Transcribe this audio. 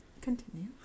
Continue